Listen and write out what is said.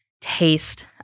taste